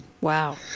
Wow